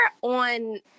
on